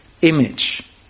image